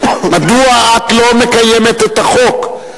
מדוע את לא מקיימת את החוק?